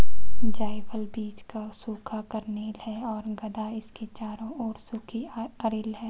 जायफल बीज का सूखा कर्नेल है और गदा इसके चारों ओर सूखी अरिल है